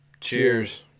Cheers